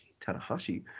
Tanahashi